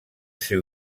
ser